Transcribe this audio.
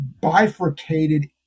bifurcated